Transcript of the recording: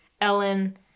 Ellen